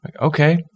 Okay